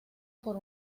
por